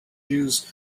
use